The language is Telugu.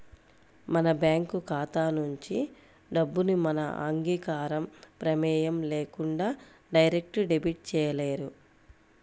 మన బ్యేంకు ఖాతా నుంచి డబ్బుని మన అంగీకారం, ప్రమేయం లేకుండా డైరెక్ట్ డెబిట్ చేయలేరు